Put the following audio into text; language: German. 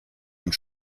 und